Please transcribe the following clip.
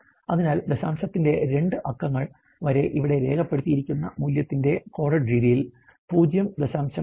അതിനാൽ ദശാംശത്തിന്റെ 2 അക്കങ്ങൾ വരെ ഇവിടെ രേഖപ്പെടുത്തിയിരിക്കുന്ന മൂല്യത്തിന്റെ കോഡഡ് രീതിയിൽ 0